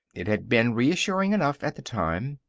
it had been reassuring enough at the time.